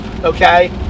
okay